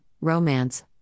Romance